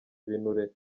ibinure